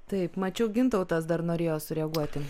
taip mačiau gintautas dar norėjo sureaguoti